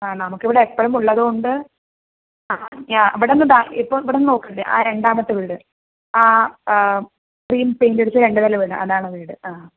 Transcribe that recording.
ആ നമുക്ക് എപ്പോഴും ഉള്ളതുകൊണ്ട് ആ ഞാ ഇവിടുന്ന് ദ ഇപ്പോൾ ഇവിടുന്ന് നോക്കട്ടെ ആ രണ്ടാമത്തെ വീട് ഗ്രീൻ പെയിന്റ് അടിച്ച രണ്ടുനില വീട് അതാണ് വീട്